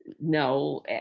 no